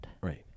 Right